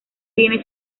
tiene